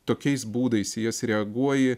tokiais būdais į jas reaguoji